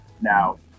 Now